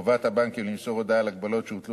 חובת הבנקים למסור הודעה על הגבלות שהוטלו